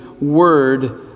word